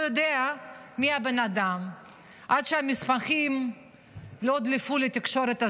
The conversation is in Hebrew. יודע מי הבן אדם עד שהמסמכים לא הודלפו לתקשורת הזרה.